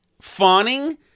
fawning